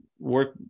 work